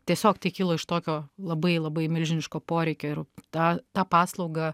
tiesiog tai kilo iš tokio labai labai milžiniško poreikio ir tą tą paslaugą